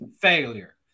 failure